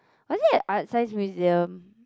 was it at Art-Science-Museum